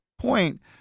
point